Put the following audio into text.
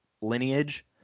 lineage